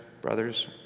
brothers